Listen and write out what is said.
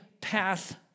path